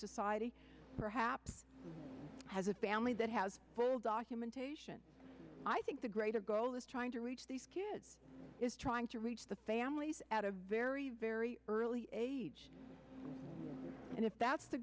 society perhaps has a family that has full documentation i think the greater goal is trying to reach these kids is trying to reach the families at a very very early age and if that's the